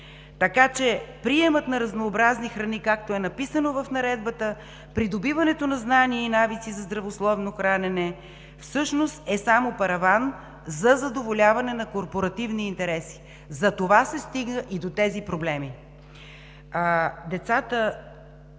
Така че приемът на разнообразни храни, както е написано в Наредбата, придобиването на знания и навици за здравословно хранене всъщност е само параван за задоволяване на корпоративни интереси. Затова се стигна и до тези проблеми.